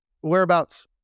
Whereabouts